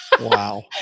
Wow